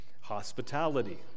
hospitality